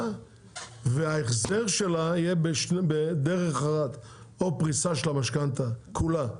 וההחזר שלה יהיה דרך או פריסה של המשכנתה כולה,